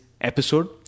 episode